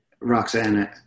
Roxanne